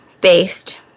Based